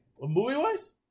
Movie-wise